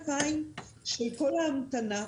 לכל ההמתנה.